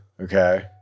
Okay